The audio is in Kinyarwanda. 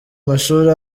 mashuri